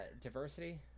diversity